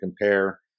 compare